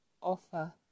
offer